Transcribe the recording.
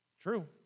True